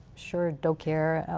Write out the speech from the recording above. sure, docare,